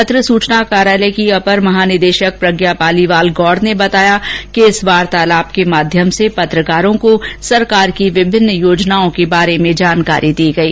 पत्र सूचना कार्यालय की अपर महानिदेशक प्रज्ञा पालीवाल गौड़ ने बताया कि इस वार्तालाप के माध्यम से पत्रकारों को सरकार की विभिन्न योजनाओं के बारे में जानकारी दी गई